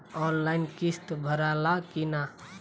Online किस्त भराला कि ना?